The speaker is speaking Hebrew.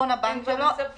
בחשבון הבנק שלו, הסיווג